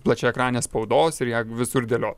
plačiaekranės spaudos ir ją visur dėliot